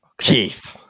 Keith